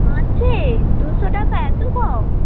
মাসে দুশো টাকা এত কম